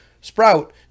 sprout